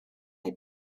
neu